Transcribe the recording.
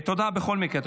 תודה בכל מקרה.